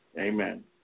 Amen